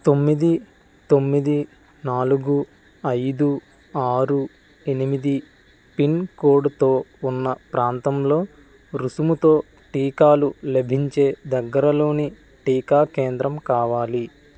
తొమ్మిది తొమ్మిది నాలుగు ఐదు ఆరు ఎనిమిది పిన్ కోడ్తో ఉన్న ప్రాంతంలో రుసుముతో టీకాలు లభించే దగ్గరలోని టీకా కేంద్రం కావాలి